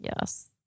Yes